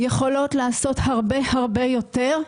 והן יכולות לעשות פי כמה הרבה יותר,